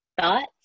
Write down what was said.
thoughts